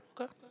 Okay